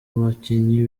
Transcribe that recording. bakinnyi